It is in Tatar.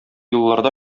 елларда